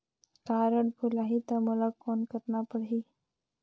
Card भुलाही ता मोला कौन करना परही?